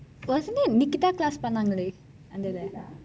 wasnt it nikita class பன்னாங்க:pannanka